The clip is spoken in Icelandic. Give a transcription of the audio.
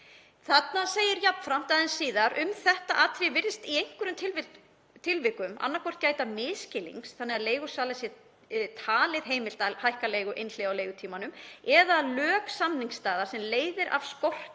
Svo segir jafnframt aðeins síðar: „Um þetta atriði virðist í einhverjum tilvikum annaðhvort gæta misskilnings þannig að leigusala sé talið heimilt að hækka leigu einhliða á leigutíma eða að lök samningsstaða sem leiðir af skorti